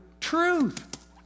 truth